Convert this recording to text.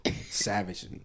savage